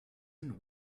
and